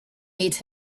made